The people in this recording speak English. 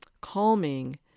calming